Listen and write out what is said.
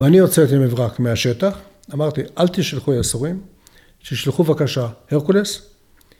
‫ואני הוצאתי מברק מהשטח, ‫אמרתי, אל תשלחו יסעורים, ‫תשלחו בבקשה הרקולס.